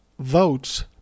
votes